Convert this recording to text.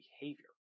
behavior